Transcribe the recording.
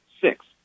six